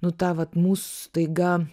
nu tą vat mus staiga